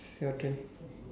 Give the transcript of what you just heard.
is your turn